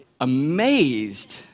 amazed